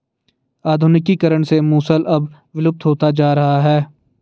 आधुनिकीकरण से मूसल अब विलुप्त होता जा रहा है